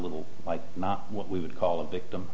little like what we would call a victim